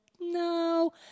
no